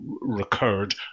recurred